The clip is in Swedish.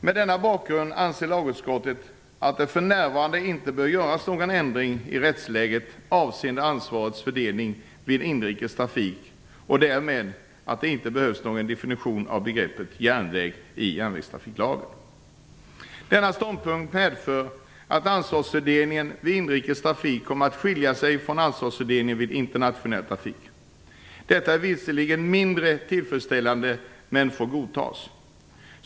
Mot denna bakgrund anser lagutskottet att det för närvarande inte bör göras någon ändring i rättsläget avseende ansvarets fördelning vid inrikes trafik och därmed att det inte behövs någon definition av begreppet järnväg i järnvägstrafiklagen. Denna ståndpunkt medför att ansvarsfördelningen vid inrikes trafik kommer att skilja sig från ansvarsfördelningen vid internationell trafik. Detta är visserligen mindre tillfredsställande, men får godtas.